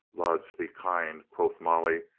lud be kind, quoth molly.